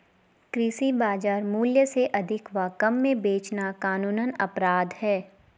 कृषि बाजार मूल्य से अधिक व कम में बेचना कानूनन अपराध है